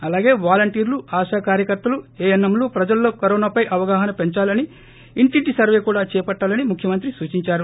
అలాగే వాలంటీర్లు ఆశా కార్యకర్తలు ఏఎన్ఎంలు ప్రజల్లో కరోనాపైన అవగాహన పెంచాలని ఇంటింటి సర్వే కూడా చేపట్టాలని ముఖ్యమంత్రి సూచించారు